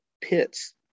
pits